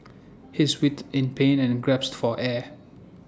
he writhed in pain and gasped for air